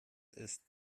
ist